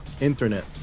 Internet